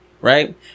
Right